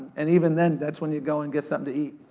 and even then, that's when you'd go and get something to eat.